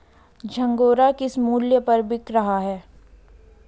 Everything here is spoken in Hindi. झंगोरा किस मूल्य पर बिक रहा है?